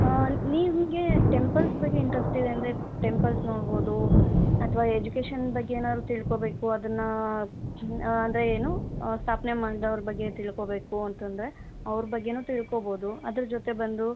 ನಿಮಗೆ ಟೆಂಪಲ್ಸ್ ಬಗ್ಗೆ ಇಂಟ್ರೆಸ್ಟ್ ಇದೆ ಅಂದರೆ ಟೆಂಪಲ್ಸ್ ನೋಡ್ಬೋದು ಅಥವಾ ಎಜುಕೇಷನ್ ಬಗ್ಗೆ ಏನಾದ್ರು ತಿಳ್ಕೊಬೇಕು ಅದನ್ನು ಅಂದರೆ ಏನು ಸ್ಥಾಪನೆ ಮಾಡಿದವ್ರ ಬಗ್ಗೆ ತಿಳ್ಕೊಬೇಕು ಅಂತಂದರೆ ಅವರ ಬಗ್ಗೇನೂ ತಿಳ್ಕೊಬೋದು ಅದರ ಜೊತೆ ಬಂದು